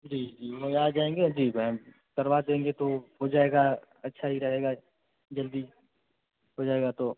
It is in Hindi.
जी जी वहीं जाएँगे जी मैम करवा देंगे तो हो जाएगा अच्छा ही रहेगा जल्दी हो जाएगा तो